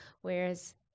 whereas